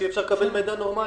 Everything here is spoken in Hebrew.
מפני שאי אפשר לקבל מידע נורמלי.